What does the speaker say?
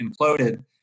imploded